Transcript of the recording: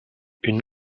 une